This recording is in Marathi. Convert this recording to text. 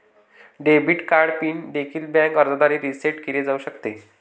डेबिट कार्ड पिन देखील बँक अर्जाद्वारे रीसेट केले जाऊ शकते